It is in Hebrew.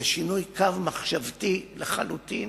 זה שינוי קו מחשבתי, לחלוטין.